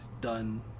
done